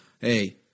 Hey